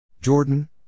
Jordan